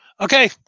Okay